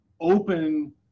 open